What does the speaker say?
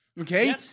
Okay